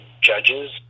judges